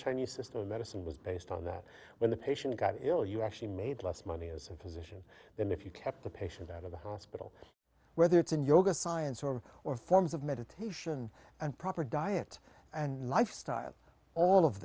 chinese system of medicine was based on that when the patient got ill you actually made less money as a physician than if you kept the patient out of the hospital whether it's in yoga science or or forms of meditation and proper diet and lifestyle all of